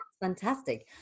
Fantastic